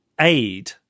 aid